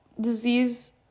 disease